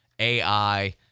AI